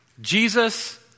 Jesus